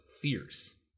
fierce